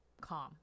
calm